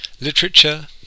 literature